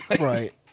Right